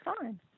fine